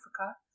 Africa